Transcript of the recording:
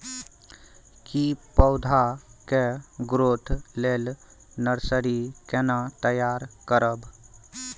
की पौधा के ग्रोथ लेल नर्सरी केना तैयार करब?